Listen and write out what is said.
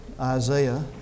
Isaiah